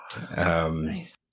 Nice